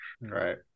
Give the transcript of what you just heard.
right